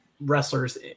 wrestlers